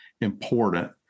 important